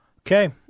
Okay